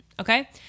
okay